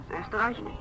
Österreich